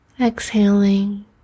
Exhaling